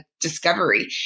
discovery